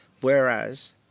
Whereas